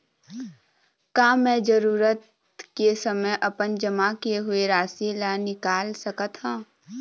का मैं जरूरत के समय अपन जमा किए हुए राशि ला निकाल सकत हव?